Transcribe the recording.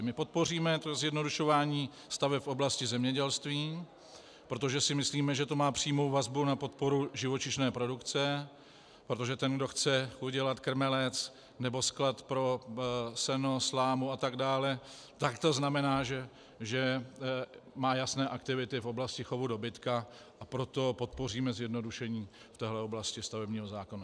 My podpoříme zjednodušování staveb v oblasti zemědělství, protože si myslíme, že to má přímou vazbu na podporu živočišné produkce, protože ten, kdo chce udělat krmelec nebo sklad pro seno, slámu a tak dále, tak to znamená, že má jasné aktivity v oblasti chovu dobytka, a proto podpoříme zjednodušení v téhle oblasti stavebního zákona.